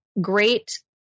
great